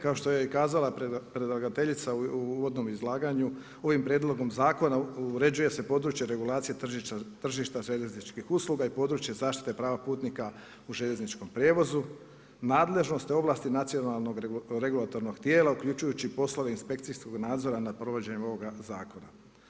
Kao što je i kazala predlagateljica u uvodnom izlaganju, ovim prijedlogom zakona uređuje se područje regulacije tržišta željezničkih usluga i područje zaštite prava putnika u željezničkom prijevozu, nadležnost i ovlasti nacionalnog regulatornog tijela uključujući i poslove inspekcijskog nadzora nad provođenjem ovoga zakona.